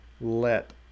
let